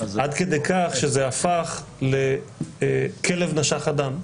עד כדי כך שזה הפך לכלב נשך אדם,